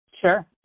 Sure